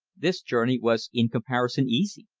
this journey was in comparison easy.